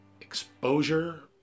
exposure